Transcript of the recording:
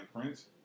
Prince